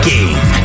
Game